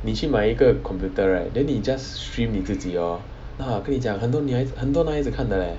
你去买一个 computer right then 你 just stream 你自己 lor !wah! 跟你讲很多女孩子很多男孩子看的 leh